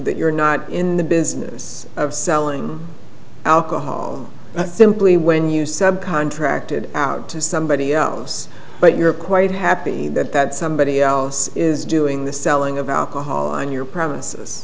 that you're not in the business of selling alcohol simply when you subcontracted out to somebody else but you're quite happy that that somebody else is doing the selling of alcohol on your premises